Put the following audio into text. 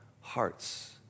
hearts